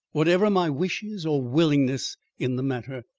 whatever my wishes or willingness in the matter,